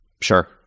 Sure